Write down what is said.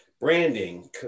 branding